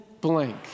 blank